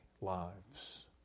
lives